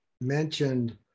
mentioned